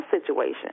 situation